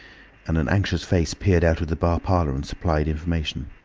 and an anxious face peered out of the bar-parlour and supplied information.